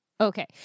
Okay